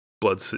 Blood